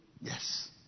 Yes